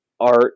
art